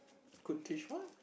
could teach what